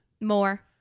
more